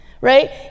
right